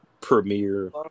premiere